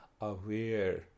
aware